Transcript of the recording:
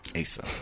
Asa